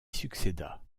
succéda